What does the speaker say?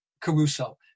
Caruso